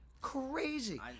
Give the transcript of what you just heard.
Crazy